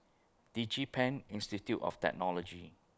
Digipen Institute of Technology